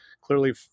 clearly